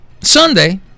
Sunday